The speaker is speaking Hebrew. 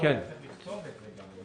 היה צריך לכתוב את זה גם.